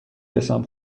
رسم